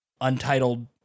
untitled